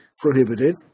prohibited